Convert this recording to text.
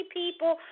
people